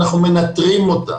אנחנו מנטרים אותה.